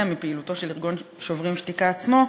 בפעילותו של ארגון "שוברים שתיקה" עצמו,